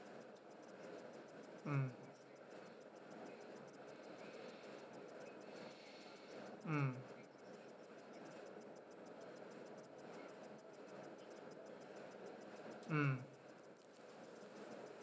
mm mm mm